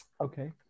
Okay